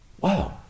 wow